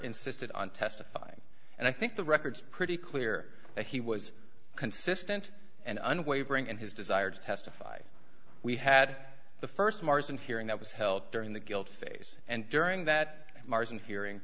insisted on testifying and i think the records pretty clear that he was consistent and unwavering in his desire to testify we had the first mars in hearing that was held during the guilt phase and during that mars and hearing